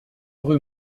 rue